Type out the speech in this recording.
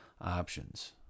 options